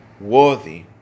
worthy